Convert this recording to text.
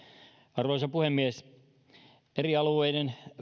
arvoisa puhemies eri alueiden